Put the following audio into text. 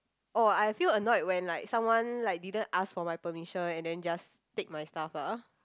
oh I feel annoyed when like someone like didn't ask for my permission and then just take my stuff ah